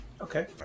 Okay